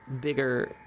bigger